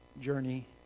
journey